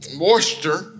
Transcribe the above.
moisture